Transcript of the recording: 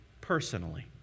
personally